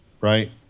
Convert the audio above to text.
right